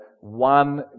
one